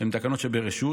הן תקנות שברשות,